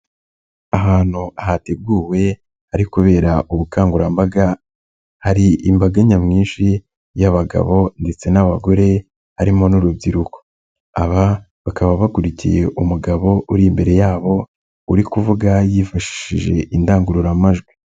Ahantu hateguwe hari kubera ubukangurambaga, hari imbaga nyamwinshi y'abagabo ndetse n'abagore harimo n'urubyiruko. Aba bakaba bakurikiye umugabo uri imbere yabo uri kuvuga yifashishije indangururamajwi.